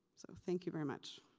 so thank you very much.